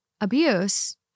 abuse